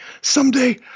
Someday